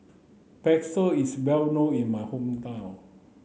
bakso is well known in my hometown